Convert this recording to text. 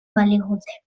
badigute